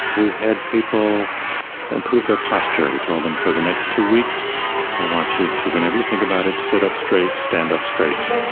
we had people improve their posture. we told them for the next two weeks i want you to, whenever you think about it, sit up straight, stand up straight.